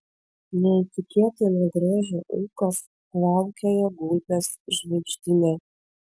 neįtikėtino grožio ūkas plaukioja gulbės žvaigždyne